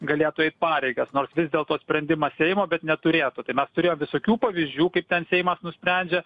galėtų eit pareigas nors vis dėlto sprendimas seimo bet neturėtų tai mes turėjom visokių pavyzdžių kaip ten seimas nusprendžia